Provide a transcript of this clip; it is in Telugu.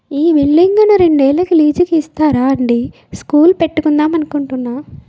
ఈ బిల్డింగును రెండేళ్ళకి లీజుకు ఇస్తారా అండీ స్కూలు పెట్టుకుందాం అనుకుంటున్నాము